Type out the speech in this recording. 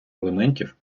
елементів